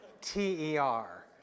t-e-r